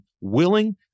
willing